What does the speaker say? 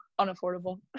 unaffordable